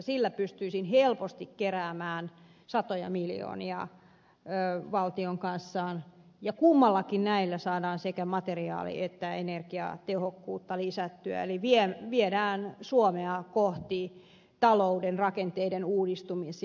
sillä pystyisin helposti keräämään satoja miljoonia valtion kassaan ja kummallakin näillä saadaan sekä materiaali että energiatehokkuutta lisättyä eli viedään suomea kohti talouden rakenteiden uudistumisia